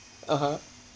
(uh huh)